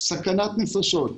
סכנת נפשות.